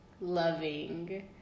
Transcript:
loving